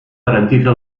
garantiza